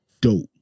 dope